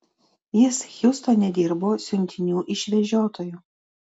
jis hjustone dirbo siuntinių išvežiotoju